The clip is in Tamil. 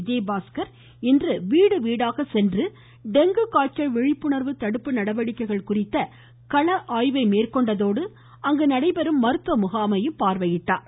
விஜயபாஸ்கர் இன்று வீடுவீடாக சென்று டெங்கு காய்ச்சல் விழிப்புணா்வு தடுப்பு நடவடிக்கைகள் குறித்த களஆய்வு மேற்கொண்டதோடு அங்கு நடைபெறும் மருத்துவ முகாமையும் பார்வையிட்டார்